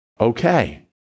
Okay